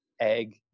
Egg